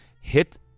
hit